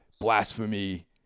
blasphemy